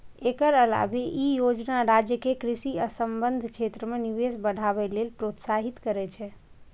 एकर अलावे ई योजना राज्य कें कृषि आ संबद्ध क्षेत्र मे निवेश बढ़ावे लेल प्रोत्साहित करै छै